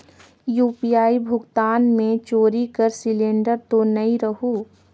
UPI भुगतान मे चोरी कर सिलिंडर तो नइ रहु?